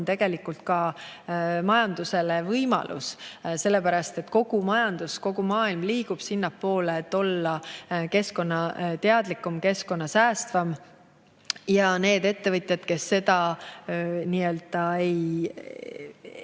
tegelikult ka majandusele võimalus. Sellepärast et kogu majandus, kogu maailm liigub sinnapoole, et olla keskkonnateadlikum, keskkonnasäästvam. Need ettevõtjad, kes sellest aru ei